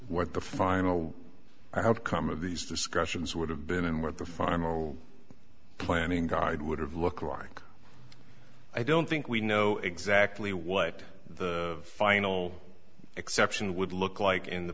what the final outcome of these discussions would have been and what the final planning guide would have looked like i don't think we know exactly what the final exception would look like in the